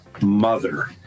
Mother